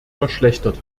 verschlechtert